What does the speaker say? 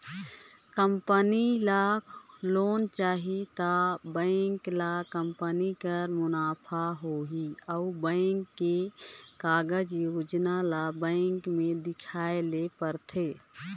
company ल loan चाही त बेंक ल कंपनी कर मुनाफा होए अउ बेंक के कारज योजना ल बेंक में देखाए ले परथे